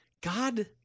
God